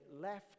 left